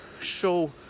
show